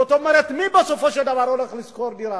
זאת אומרת, מי, בסופו של דבר, הולך לשכור דירה?